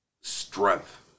strength